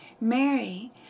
Mary